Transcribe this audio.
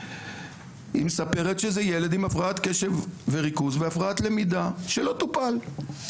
היא מספרת שזה ילד עם הפרעת קשב וריכוז והפרעת למידה שלא טופל,